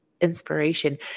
inspiration